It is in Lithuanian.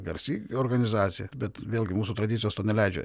garsi organizacija bet vėlgi mūsų tradicijos to neleidžia